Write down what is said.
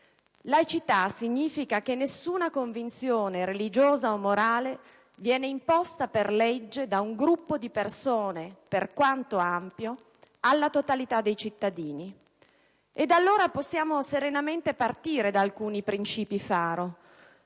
Laicità significa che nessuna convinzione religiosa o morale viene imposta per legge da un gruppo di persone, per quanto ampio, alla totalità dei cittadini. Ed allora possiamo serenamente partire da alcuni princìpi faro,